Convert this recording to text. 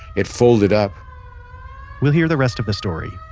it folded up we'll hear the rest of the story,